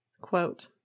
Quote